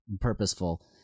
purposeful